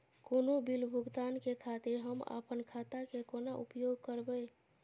कोनो बील भुगतान के खातिर हम आपन खाता के कोना उपयोग करबै?